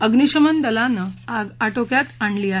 अग्निशमन दलानं आग आटोक्यात आणली आहे